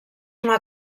una